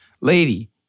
Lady